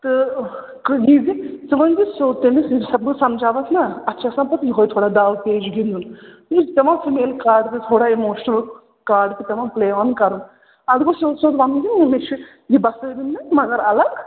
تہٕ ژٕ ؤنۍ زِ سیوٚد تٔمِس بہٕ سَمجاوَتھ نا اَتھ چھِ آسان پَتہٕ یِہوٚے تھوڑا داو پیچ گِنٛدُن یُس سُہ میلہِ کاڈ تھوڑا اِموشنَل کاڈ تہِ پٮ۪وان پٕلے آن کَرُن اَتھ گوٚو سیوٚد سیوٚد وَنُن کہِ مگر اگر